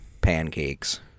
pancakes